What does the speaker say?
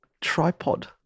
Tripod